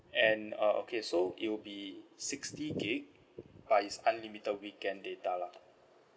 and uh okay so it would be sixty gig but it's unlimited weekend data lah